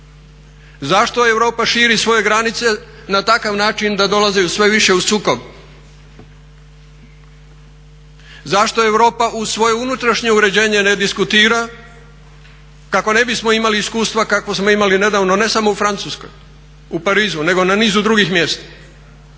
Zašto Europa širi svoje granice na takav način da dolaze sve više u sukob? Zašto Europa uz svoje unutrašnje uređenje ne diskutira kako ne bismo imali iskustva kakva smo imali nedavno ne samo u Francuskoj, u Parizu, nego na nizu drugih mjesta?